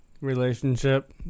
relationship